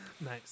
Nice